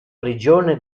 prigione